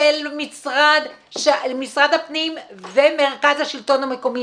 משרד הפנים ומרכז השלטון המקומי.